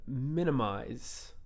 minimize